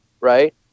right